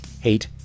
hate